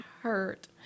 hurt